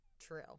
true